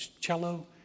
cello